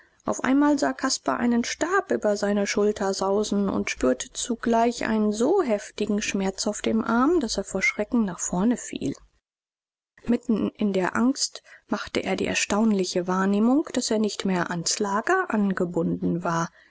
auf einmal sah caspar einen stab über seine schulter sausen und spürte zugleich einen so heftigen schmerz auf dem arm daß er vor schrecken nach vorne fiel mitten in der angst machte er die erstaunliche wahrnehmung daß er nicht mehr ans lager angebunden war